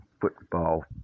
football